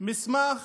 מסמך